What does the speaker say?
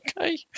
Okay